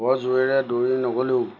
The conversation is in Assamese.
বৰ জোৰেৰে দৌৰি নগ'লেও